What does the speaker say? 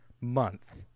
month